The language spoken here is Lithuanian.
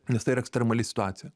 nes tai yra ekstremali situacija